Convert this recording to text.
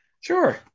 Sure